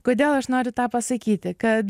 kodėl aš noriu tą pasakyti kad